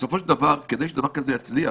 שבסופו של דבר כדי שדבר כזה יצליח